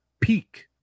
peak